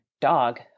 dog